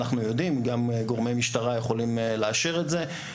גם גורמי המשטרה יכולים לאשר זאת,